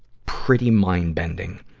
pretty mind-bending.